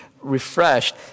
refreshed